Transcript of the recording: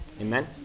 Amen